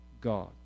God